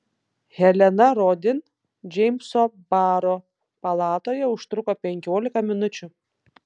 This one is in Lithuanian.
helena rodin džeimso baro palatoje užtruko penkiolika minučių